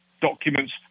documents